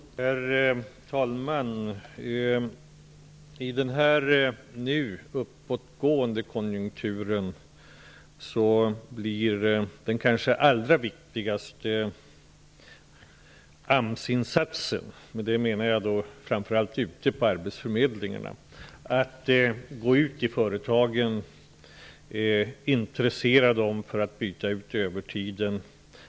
Herr talman! I den nu uppåtgående konjunkturen blir den allra viktigaste AMS-insatsen, framför allt ute på arbetsförmedlingarna, att gå ut till företagen och intressera dem till att byta ut övertiden till arbetstillfällen.